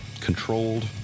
controlled